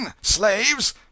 slaves